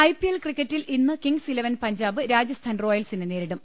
IPL ക്രിക്കറ്റിൽ ഇന്ന് Kings Eleven Punjab Rajasthan റോയൽസിനെ നേരിടും